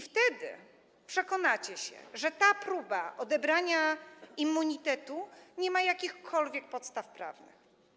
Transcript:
Wtedy przekonacie się, że ta próba odebrania immunitetu nie ma jakichkolwiek podstaw prawnych.